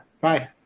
Bye